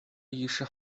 医师